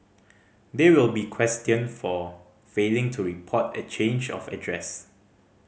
they will be for failing to report a change of address